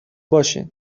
باشین